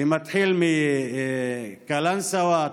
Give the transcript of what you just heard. שמתחיל מקלנסווה,